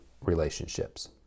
relationships